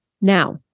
Now